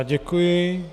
Děkuji.